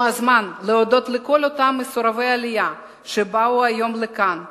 זה הזמן להודות לכל אותם מסורבי עלייה שבאו היום לכאן,